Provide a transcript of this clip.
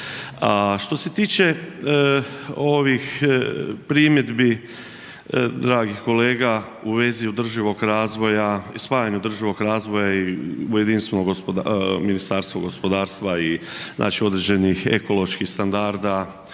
Što se tiče ovih primjedbi dragih kolega u vezi održivog razvoja i spajanja održivog razvoja u jedinstveno u jedinstveno ministarstvo gospodarstva i znači određenih ekoloških standarda